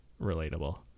relatable